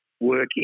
working